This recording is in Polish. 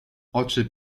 oczy